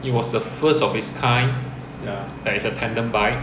it was the first of its kind that is a tandem bike